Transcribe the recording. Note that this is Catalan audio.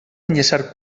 enllaçar